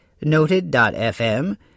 Noted.fm